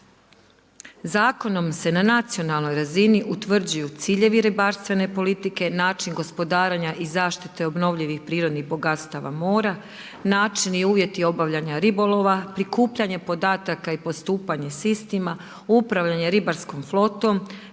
Zakonom se na nacionalnoj razini utvrđuju ciljevi ribarstvene politike, način gospodarenja i zaštita obnovljivih prirodnih bogatstava mora, načini i uvjeti obavljanja ribolova, prikupljanje podataka i postupanje s istima, upravljanje ribarskom flotom,